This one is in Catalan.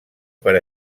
per